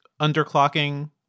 underclocking